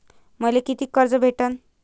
मले कितीक कर्ज भेटन?